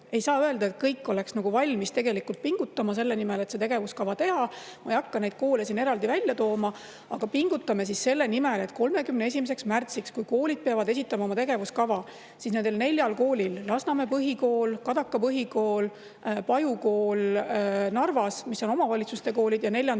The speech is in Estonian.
Ei saa öelda, et kõik oleks valmis tegelikult pingutama selle nimel, et see tegevuskava teha. Ma ei hakka neid koole siin eraldi välja tooma. Aga pingutame selle nimel, et 31. märtsiks, kui koolid peavad esitama oma tegevuskava, siis need neli kooli – Lasnamäe Põhikool, Kadaka Põhikool, Narva Paju Kool, mis on omavalitsuste koolid, ja neljandana